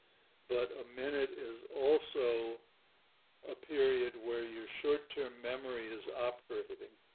but a minute is also a period where your short term memory is operating.